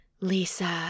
lisa